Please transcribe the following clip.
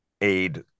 aid